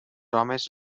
homes